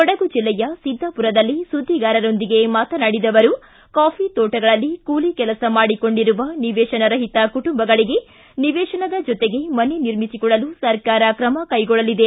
ಕೊಡಗು ಜೆಲ್ಲೆಯ ಸಿದ್ದಾಪುರದಲ್ಲಿ ಸುದ್ದಿಗಾರರರೊಂದಿಗೆ ಮಾತನಾಡಿದ ಅವರು ಕಾಫಿ ತೋಟಗಳಲ್ಲಿ ಕೂಲಿ ಕೆಲಸ ಮಾಡಿಕೊಂಡಿರುವ ನಿವೇಶನ ರಹಿತ ಕುಟುಂಬಗಳಿಗೆ ನಿವೇಶನದ ಜೊತೆಗೆ ಮನೆ ನಿರ್ಮಿಸಿಕೊಡಲು ಸರ್ಕಾರ ಕ್ರಮ ಕೈಗೊಳ್ಳಲಿದೆ